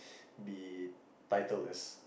be titled as